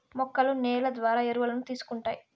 మొక్కలు నేల ద్వారా ఎరువులను తీసుకుంటాయి